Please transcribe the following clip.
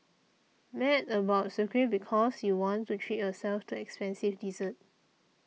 mad about Sucre because you want to treat yourself to expensive desserts